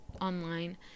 online